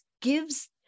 gives